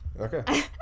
okay